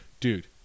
dude